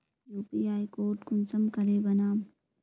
UPI code कुंसम करे बनाम?